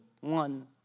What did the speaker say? one